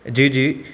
जी जी